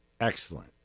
excellent